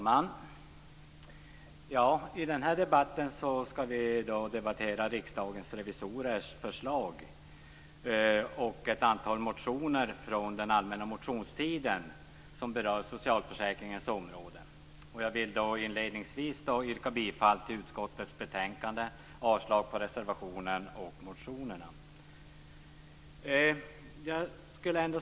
Fru talman! I den här debatten skall vi behandla Jag vill inledningsvis yrka bifall till hemställan i utskottets betänkande och avslag på reservationen och motionerna.